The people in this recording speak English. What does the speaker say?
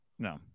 No